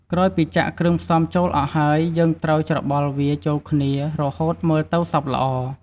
ក្រោយពីចាក់គ្រឿងផ្សំចូលអស់ហើយ យើងត្រូវច្របល់វាចូលគ្នារហូតមើលទៅសព្វល្អ។